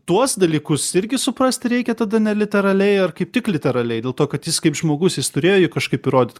tuos dalykus irgi suprasti reikia tada neliteraliai ar kaip tik literaliai dėl to kad jis kaip žmogus jis turėjo kažkaip įrodyt